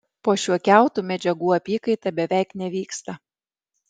po šiuo kiautu medžiagų apykaita beveik nevyksta